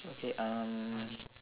okay um